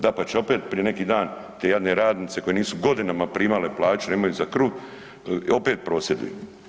Dapače, opet prije neki dan te jadne radnice koje nisu godinama primale plaću da imaju za kruh, opet prosvjeduju.